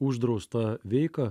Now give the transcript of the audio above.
uždraustą veiką